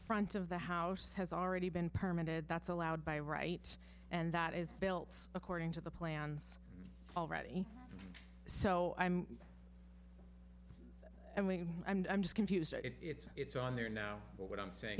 front of the house has already been permitted that's allowed by rights and that is built according to the plans already so i'm i'm going i'm just confused it's it's on there now but what i'm saying